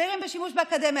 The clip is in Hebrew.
צעירים בשימוש באקדמיה,